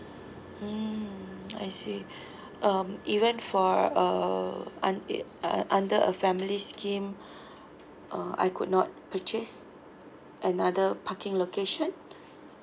mm I see um even for uh un~ eh under a family's scheme uh I could not purchase another parking location